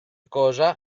cosa